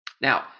Now